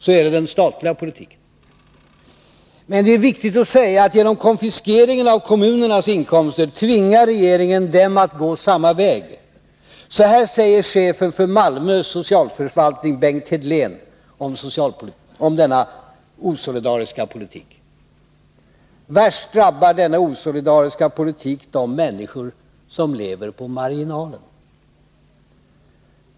Så är den statliga politiken. Genom konfiskeringen av kommunernas inkomster — det är viktigt att säga detta — tvingar regeringen dem att gå samma väg. Så här säger chefen för Malmös socialförvaltning, Bengt Hedlén, om socialpolitiken: ”Värst drabbar denna osolidariska politik de människor som lever på marginalen.